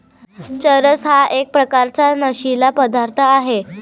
चरस हा एक प्रकारचा नशीला पदार्थ आहे